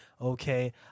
Okay